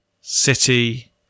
City